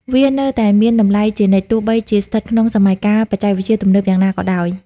វានៅតែមានតម្លៃជានិច្ច ទោះបីជាស្ថិតក្នុងសម័យកាលបច្ចេកវិទ្យាទំនើបយ៉ាងណាក៏ដោយ។